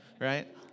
right